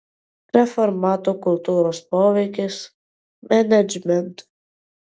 reformatų kultūros poveikis menedžmentui